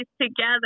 together